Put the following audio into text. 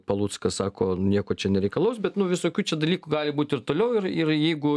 paluckas sako nieko čia nereikalaus bet nu visokių čia dalykų gali būt ir toliau ir ir jeigu